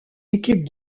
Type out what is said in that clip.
équipe